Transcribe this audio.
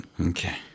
Okay